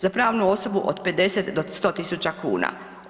Za pravnu osobu od 50 do 100.000 kuna.